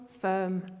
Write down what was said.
firm